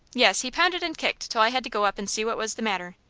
yes he pounded and kicked till i had to go up and see what was the matter.